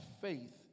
faith